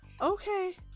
okay